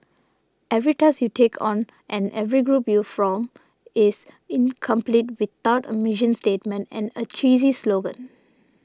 every task you take on and every group you form is incomplete without a mission statement and a cheesy slogan